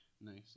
Nice